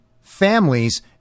families